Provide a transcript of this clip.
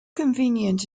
convenient